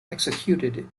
executed